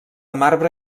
marbre